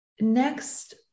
Next